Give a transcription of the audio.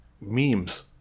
memes